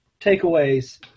takeaways